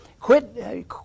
quit